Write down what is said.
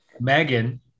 Megan